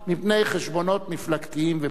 מנת לשמור על הקולנוע מפני חשבונות מפלגתיים ופוליטיים.